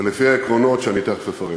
ולפי העקרונות שאני תכף אפרט.